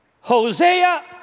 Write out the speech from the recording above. Hosea